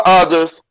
others